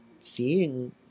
seeing